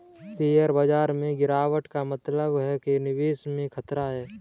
share बाजार में गिराबट का मतलब है कि निवेश में खतरा है